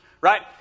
right